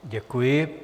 Děkuji.